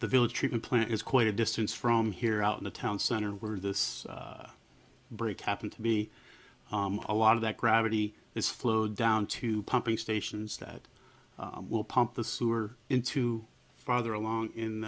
the village treatment plant is quite a distance from here out in the town center where this break happened to be a lot of that gravity is flow down to pumping stations that will pump the sewer into farther along in